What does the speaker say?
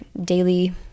daily